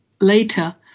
later